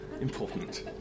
important